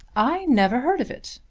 i never heard of it.